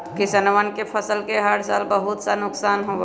किसनवन के फसल के हर साल बहुत सा नुकसान होबा हई